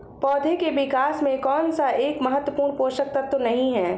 पौधों के विकास में कौन सा एक महत्वपूर्ण पोषक तत्व नहीं है?